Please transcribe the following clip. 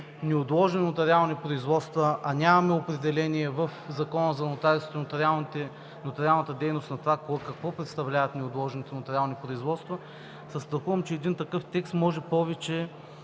„неотложни нотариални производства“, а нямаме определение в Закона за нотариусите и нотариалната дейност на това какво представляват неотложните нотариални производства, се страхувам, че един такъв текст може да